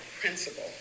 principle